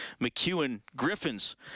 McEwen-Griffins